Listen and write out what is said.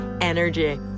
energy